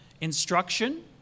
instruction